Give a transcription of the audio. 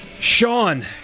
Sean